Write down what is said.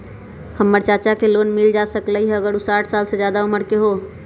हमर चाचा के लोन मिल जा सकलई ह अगर उ साठ साल से जादे उमर के हों?